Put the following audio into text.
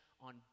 on